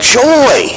joy